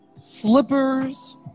slippers